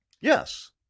Yes